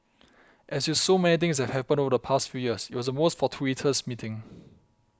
as with so many things that have happened over the past few years it was a most fortuitous meeting